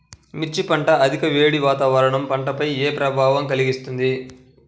మిర్చి పంట అధిక వేడి వాతావరణం పంటపై ఏ ప్రభావం కలిగిస్తుంది?